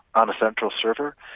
on a central server,